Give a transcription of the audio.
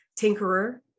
tinkerer